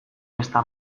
ezta